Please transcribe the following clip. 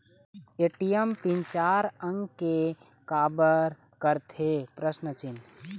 ATM PIN चार अंक के का बर करथे?